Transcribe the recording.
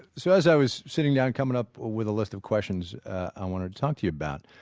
so as i was sitting down coming up with a list of questions i wanted to talk to you about,